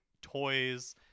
toys